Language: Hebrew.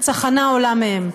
הצחנה עולה מהם.